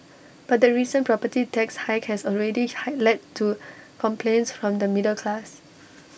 but the recent property tax hike has already hi led to complaints from the middle class